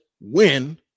win